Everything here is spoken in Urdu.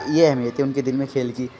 یہ اہمیت ہے ان کے دل میں کھیل کی